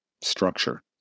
structure